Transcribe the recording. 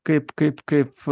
kaip kaip kaip